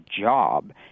job